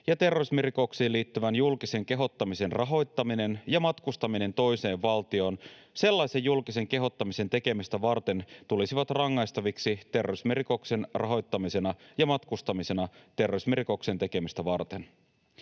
ja terrorismirikoksiin liittyvän julkisen kehottamisen rahoittaminen ja matkustaminen toiseen valtioon sellaisen julkisen kehottamisen tekemistä varten tulisivat rangaistaviksi terrorismirikoksen rahoittamisena ja matkustamisena terrorismirikoksen tekemistä varten.